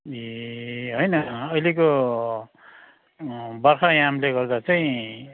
ए होइन अहिलेको बर्खायामले गर्दा चाहिँ